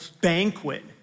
banquet